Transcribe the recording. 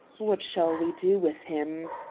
what shall we do with him?